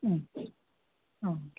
okay